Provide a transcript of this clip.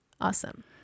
awesome